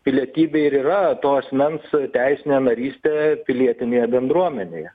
pilietybė ir yra to asmens teisinė narystė pilietinėje bendruomenėje